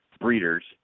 breeders